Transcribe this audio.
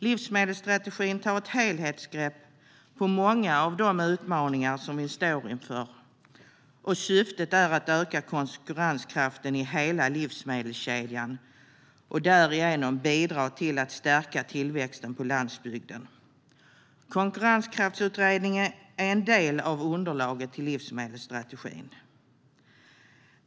Livsmedelsstrategin tar ett helhetsgrepp på många av de utmaningar vi står inför, och syftet är att öka konkurrenskraften i hela livsmedelskedjan och därigenom bidra till att stärka tillväxten på landsbygden. Konkurrenskraftsutredningen är en del av underlaget till livsmedelsstrategin.